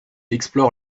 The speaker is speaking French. explore